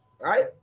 right